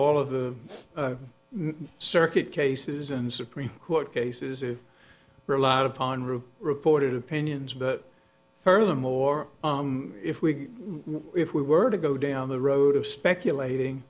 all of the circuit cases and supreme court cases it relied upon really reported opinions but furthermore if we were if we were to go down the road of speculating